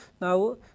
now